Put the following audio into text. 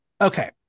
okay